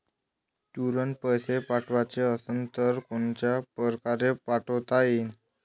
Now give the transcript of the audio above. तुरंत पैसे पाठवाचे असन तर कोनच्या परकारे पाठोता येईन?